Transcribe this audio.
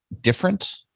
different